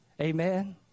Amen